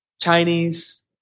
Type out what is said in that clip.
Chinese